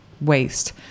waste